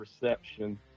reception